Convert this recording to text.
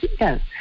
yes